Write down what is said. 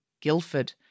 Guildford